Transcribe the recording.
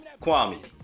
Kwame